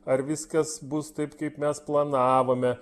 ar viskas bus taip kaip mes planavome